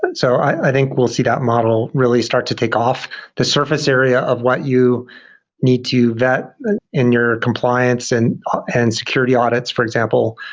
and so i think we'll see that model really start to take off the surface area of what you need to vet in your compliance and ah and security audits, for example,